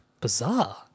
Bizarre